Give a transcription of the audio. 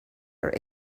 are